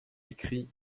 écrit